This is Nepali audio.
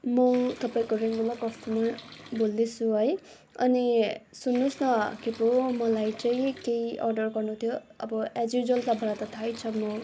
म तपाईँको रेगुलर कस्टमर बोल्दै छु है अनि सुन्नु होस् के पो मलाई चाहिँ केही अर्डर गर्नु थियो अब एज युज्वल तपाईँलाई त थाह छ म